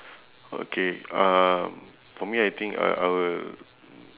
okay uh for me I think I I will